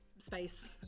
space